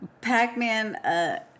Pac-Man